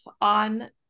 on